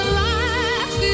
life